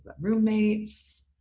roommates